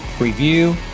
review